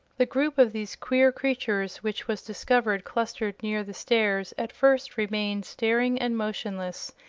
the group of these queer creatures which was discovered clustered near the stairs at first remained staring and motionless,